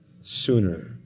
sooner